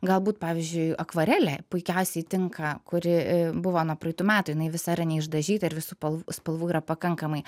galbūt pavyzdžiui akvarelė puikiausiai tinka kuri e buvo nuo praeitų metų jinai visa yra neišdažyta ir visų palv spalvų yra pakankamai